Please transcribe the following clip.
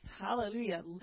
Hallelujah